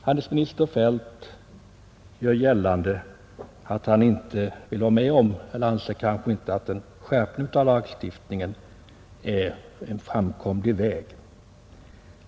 Handelsminister Feldt vill inte vara med om en skärpning av lagstiftningen; han anser att det inte är en framkomlig väg.